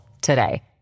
today